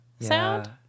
sound